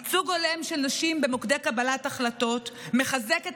ייצוג הולם של נשים במוקדי קבלת החלטות מחזק את